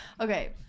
okay